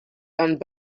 and